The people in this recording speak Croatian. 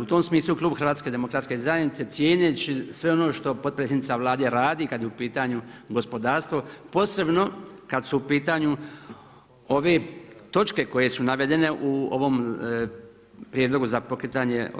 U tom smislu Klub HDZ-a, cijeneći sve ono što potpredsjednica Vlade radi, kad je u pitanju gospodarstvo, posebno kad su u pitanju ove točke koje su navedene u ovom prijedlogu za pokretanje